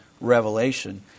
revelation